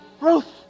Ruth